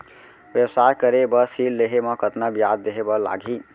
व्यवसाय करे बर ऋण लेहे म कतना ब्याज देहे बर लागही?